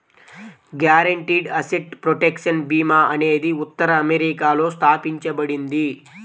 guaranteed asset protection భీమా అనేది ఉత్తర అమెరికాలో స్థాపించబడింది